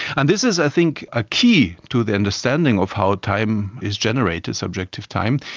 and this is i think a key to the understanding of how time is generated, subjective time,